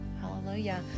Hallelujah